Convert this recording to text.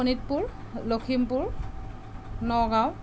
Sonitpur Lakhimpur Nagaon